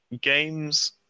games